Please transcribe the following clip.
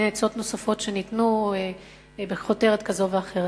עצות נוספות שניתנו בכותרת כזאת או אחרת.